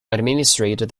administered